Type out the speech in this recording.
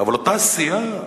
אבל אותה סיעה שמתיימרת,